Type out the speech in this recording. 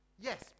Yes